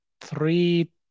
three